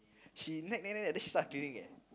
she nag nag nag then she start cleaning eh